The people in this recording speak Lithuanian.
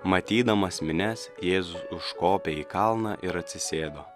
matydamas minias jėzus užkopė į kalną ir atsisėdo